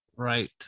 Right